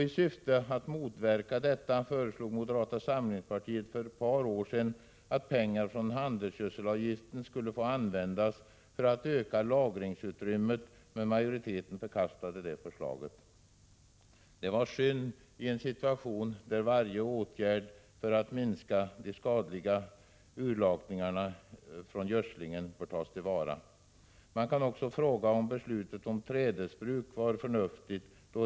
I syfte att motverka detta föreslog moderata samlingspartiet för ett par år sedan att pengar från handelsgödselavgiften skulle få användas för att öka lagringsutrymmet, men majoriteten förkastade det förslaget. Det var synd, i en situation då varje åtgärd för att minska den skadliga urlakningen från gödslingen bör tas till vara. Man kan också fråga om beslutet om trädesbruk var förnuftigt.